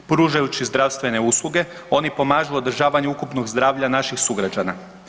Pružajući zdravstvene usluge, oni pomažu održavanju ukupnog zdravlja naših sugrađana.